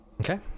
Okay